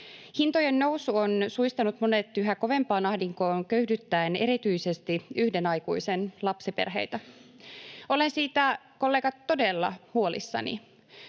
Hintojen nousu on suistanut monet yhä kovempaan ahdinkoon köyhdyttäen erityisesti yhden aikuisen lapsiperheitä. Olen siitä, kollegat, todella huolissani.